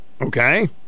Okay